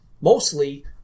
Mostly